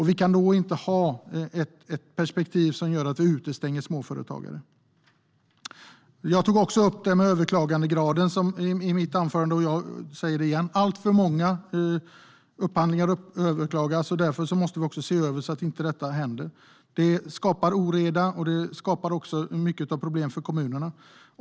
Vi kan då inte ha ett perspektiv som gör att vi utestänger småföretagare. Jag tog också upp detta med överklagandegraden i mitt anförande tidigare, och jag vill säga det igen: Alltför många upphandlingar överklagas. Därför måste man se över reglerna så att detta inte händer. Det skapar oreda och många problem för kommunerna.